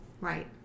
Right